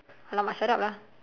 !alamak! shut up lah